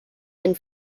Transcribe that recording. and